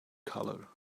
color